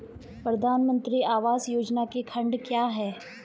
प्रधानमंत्री आवास योजना के खंड क्या हैं?